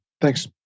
Thanks